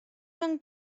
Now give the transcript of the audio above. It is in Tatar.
мең